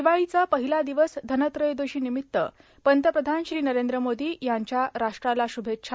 दिवाळीचा पहिला दिवस धनत्रयोदशी निमित्त पंतप्रधान नरेंद्र मोदी यांच्या राष्ट्राला शुभेच्छा